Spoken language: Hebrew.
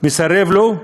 מסרב לו,